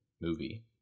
movie